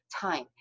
time